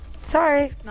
sorry